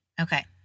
Okay